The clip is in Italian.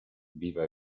viva